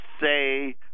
say